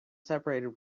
separated